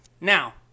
Now